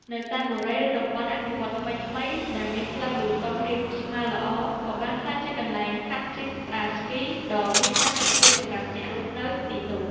នៅតាមបុរី ឬតំបន់អភិវឌ្ឍន៍ថ្មីៗដែលមានផ្លូវបេតុងរាបស្មើល្អ ក៏បានក្លាយជាកន្លែងហាត់ជិះក្ដារស្គីដ៏មានផាសុកភាពសម្រាប់អ្នករស់នៅទីនោះ។